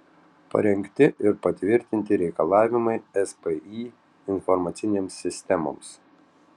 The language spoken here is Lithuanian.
parengti ir patvirtinti reikalavimai spį informacinėms sistemoms